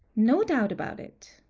no doubt about it.